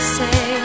say